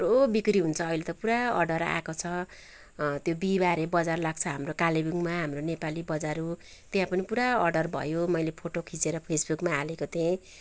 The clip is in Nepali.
थुप्रो बिक्री हुन्छ अहिले त पुरा अर्डर आएको छ त्यो बिहिबारे बजार लाग्छ हाम्रो कालेबुङमा हाम्रो नेपाली बजार हो त्यहाँ पनि पुरा अर्डर भयो मैले फोटो खिचेर फेसबुकमा हालेको थिएँ